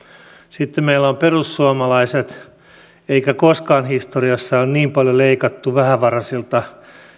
sitten meillä on perussuomalaiset eikä koskaan historiassa ole niin paljon leikattu vähävaraisilta